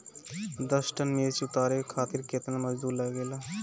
दस टन मिर्च उतारे खातीर केतना मजदुर लागेला?